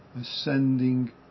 ascending